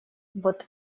вот